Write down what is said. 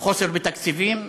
חוסר בתקציבים,